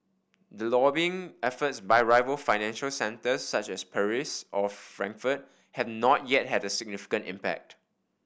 the lobbying efforts by rival financial centres such as Paris or Frankfurt have not yet had a significant impact